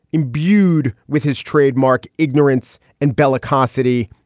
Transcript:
imbued with his trademark ignorance and bellicosity,